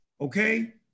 Okay